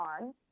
on